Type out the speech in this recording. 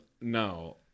No